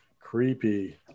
creepy